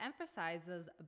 emphasizes